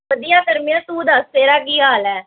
ਵਧੀਆ ਕਰਮਿਆ ਤੂੰ ਦੱਸ ਤੇਰਾ ਕੀ ਹਾਲ ਆ